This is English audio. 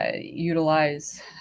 utilize